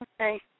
Okay